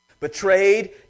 Betrayed